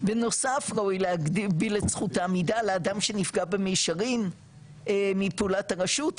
בנוסף ראוי להגביל את זכות עמידה לאדם שנפגע במישרין מפעולת הרשות,